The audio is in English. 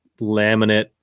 laminate